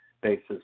basis